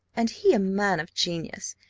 and he a man of genius.